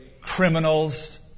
criminals